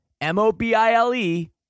M-O-B-I-L-E